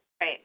Right